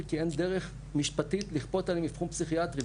כי אין דרך משפטית לכפות עליהם אבחון פסיכיאטרי.